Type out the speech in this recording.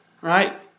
right